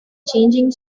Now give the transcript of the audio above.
changing